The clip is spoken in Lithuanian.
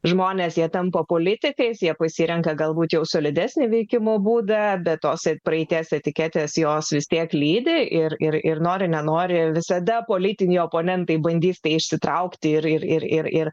žmonės jie tampa politikais jie pasirenka galbūt jau solidesnį veikimo būdą bet tos praeities etiketės jos vis tiek lydi ir ir ir nori nenori visada politiniai oponentai bandys tai išsitraukti ir ir ir ir